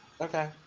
Okay